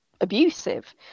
abusive